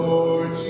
Lord